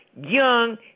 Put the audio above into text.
young